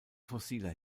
fossiler